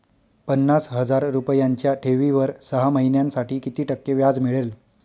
पन्नास हजार रुपयांच्या ठेवीवर सहा महिन्यांसाठी किती टक्के व्याज मिळेल?